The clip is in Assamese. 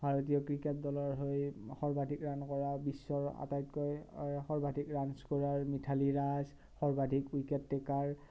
ভাৰতীয় ক্ৰিকেট দলৰ হৈ সৰ্বাধিক ৰাণ কৰা বিশ্বৰ আটাইতকৈ সৰ্বাধিক ৰাণচ কৰা মিথালী ৰাজ সৰ্বাধিক উইকেট টেকাৰ